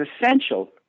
essential